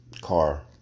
car